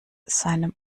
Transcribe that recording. seinem